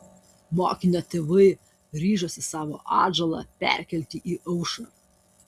mokinio tėvai ryžosi savo atžalą perkelti į aušrą